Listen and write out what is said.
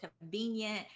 convenient